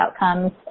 outcomes